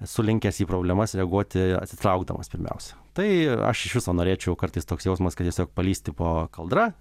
esu linkęs į problemas reaguoti atsitraukdamas pirmiausia tai aš iš viso norėčiau kartais toks jausmas kad tiesiog palįsti po kaldra